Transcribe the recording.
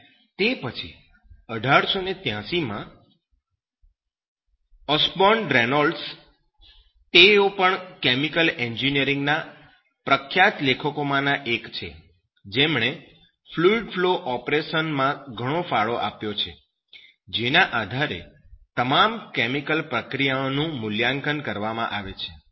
અને તે પછી 1883 માં ઓસ્બોર્ન રેનોલ્ડ્સ તેઓ પણ કેમિકલ એન્જિનિયરિંગના પ્રખ્યાત લોકોમાંના એક છે જેમણે ફ્લૂઈડ ફ્લો ઓપરેશન માં ઘણો ફાળો આપ્યો છે જેના આધારે તમામ કેમિકલ પ્રક્રિયાઓનું મૂલ્યાંકન કરવામાં આવે છે